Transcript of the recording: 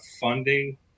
funding